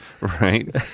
Right